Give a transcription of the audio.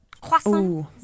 Croissant